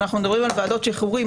אם אנחנו מדברים על ועדות שחרורים,